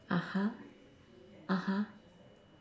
(uh huh) (uh huh)